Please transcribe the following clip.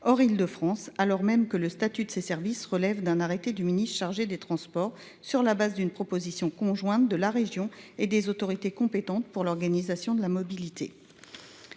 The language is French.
en île de France, alors même que le statut de ces services relève d'un arrêté du ministre chargé des transports sur la base d'une proposition conjointe de la région et des autorités compétentes de pour l'organisation de la mobilité.